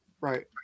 right